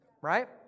right